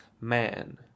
man